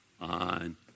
on